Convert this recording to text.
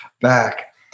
back